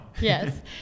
Yes